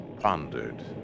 pondered